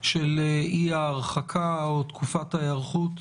של אי ההרחקה או תקופת ההיערכות.